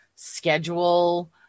schedule